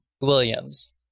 Williams